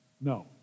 no